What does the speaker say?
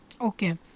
okay